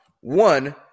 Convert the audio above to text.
One